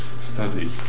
study